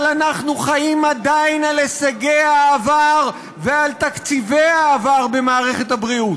אבל אנחנו חיים עדיין על הישגי העבר ועל תקציבי העבר במערכת הבריאות.